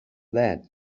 that